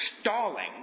stalling